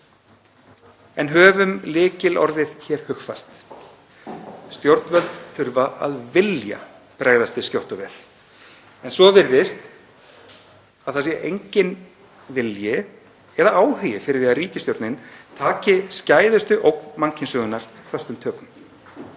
En höfum lykilorðið hér hugfast. Stjórnvöld þurfa að vilja bregðast við skjótt og vel, en svo virðist sem það sé enginn vilji eða áhugi fyrir því að ríkisstjórnin taki skæðustu ógn mannkynssögunnar föstum tökum,